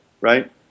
right